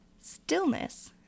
Stillness